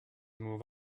move